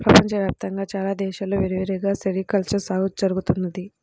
ప్రపంచ వ్యాప్తంగా చాలా దేశాల్లో విరివిగా సెరికల్చర్ సాగు జరుగుతున్నది